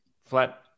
flat